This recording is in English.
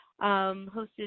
hosted